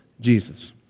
Jesus